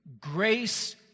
grace